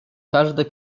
każde